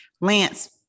Lance